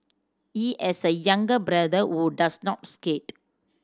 he has a younger brother who does not skate